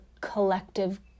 collective